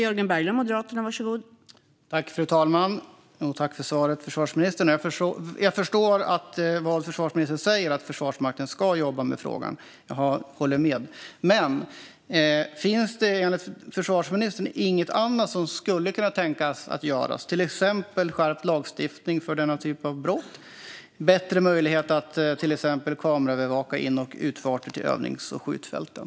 Fru talman! Tack för svaret, försvarsministern! Jag förstår vad försvarsministern säger: Försvarsmakten ska jobba med frågan. Jag håller med. Men finns det enligt försvarsministern inget annat som man skulle kunna tänka sig att göra? Det kan till exempel gälla skärpt lagstiftning för denna typ av brott och bättre möjligheter att kameraövervaka in och utfarter till övnings och skjutfälten.